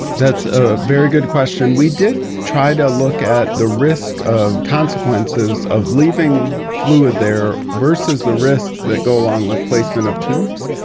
that's a very good question. we did try to look at the risk of consequences of leaving fluid there versus the risks that go along with placement of tubes.